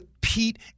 Pete